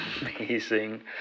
amazing